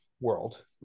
world